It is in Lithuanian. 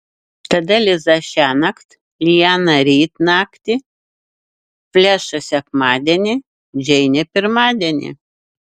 tada liza šiąnakt liana ryt naktį flešas sekmadienį džeinė pirmadienį